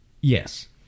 Yes